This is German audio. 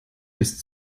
ist